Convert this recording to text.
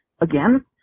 again